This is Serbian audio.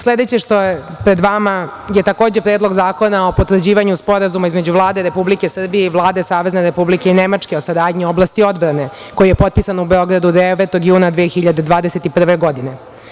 Sledeće što je pred vama je takođe Predlog zakona o potvrđivanju sporazuma između Vlade Republike Srbije i Vlade Savezne Republike Nemačke o saradnji u oblasti odbrane, koji je potpisan u Beogradu 9. juna 2021. godine.